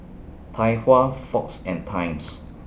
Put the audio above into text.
Tai Hua Fox and Times